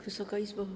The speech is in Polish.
Wysoka Izbo!